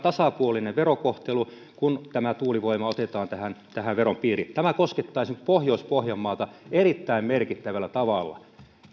käyttöön tasapuolinen verokohtelu kun tuulivoima otetaan tähän tähän veron piiriin tämä koskettaa esimerkiksi pohjois pohjanmaata erittäin merkittävällä tavalla en